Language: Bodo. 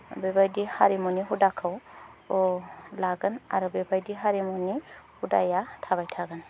बेबायदि हारिमुनि हुदाखौ लागोन आरो बेबायदि हारिमुनि हुदाया थाबाय थागोन